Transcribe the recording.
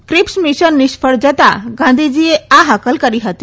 Cripps Mission નિષ્ફળ જતાં ગાંધીજીએ આ હાકલ કરી હતી